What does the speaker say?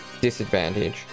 disadvantage